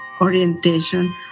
orientation